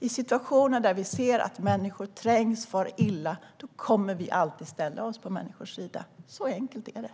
I situationer där vi ser att människor trängs och far illa kommer vi alltid att ställa oss på människors sida. Så enkelt är det.